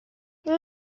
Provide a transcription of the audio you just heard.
let